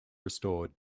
restored